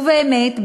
ובאמת,